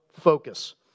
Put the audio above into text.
focus